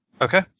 Okay